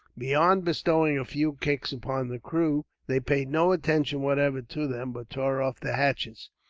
beyond bestowing a few kicks upon the crew, they paid no attention whatever to them but tore off the hatches,